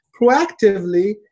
proactively